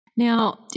Now